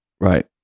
Right